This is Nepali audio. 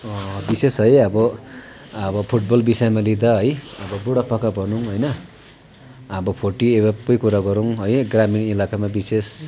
विशेष है अब फुटबल विषयमा लिँदा है अब बुढापाका भनौँ होइन अब फोर्टी एभबकै कुरा गरौँ है ग्रामीण इलाकामा विशेष